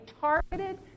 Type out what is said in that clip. targeted